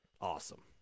Awesome